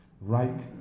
right